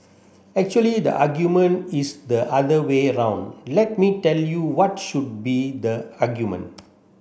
actually the argument is the other way round let me tell you what should be the argument